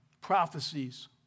prophecies